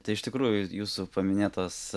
tai iš tikrųjų jūsų paminėtos